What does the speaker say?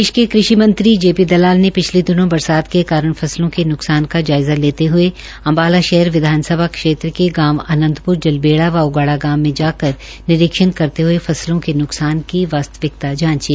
दे ा के कृशि मंत्री जेपी दलाल ने पिछले दिनों बरसात के कारण फसलों के नुकसान का जायजा लेते हुए अंबाला भाहर विधानसभा क्षेत्र के गांव आनंदपुर जलबेड़ा व उगाड़ा गांव में जाकर निरीक्षण करते हुए फसलों के न्कसान की वास्तविकता जांची